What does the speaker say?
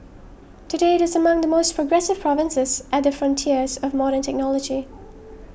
today it is among the most progressive provinces at the frontiers of modern technology